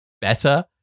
better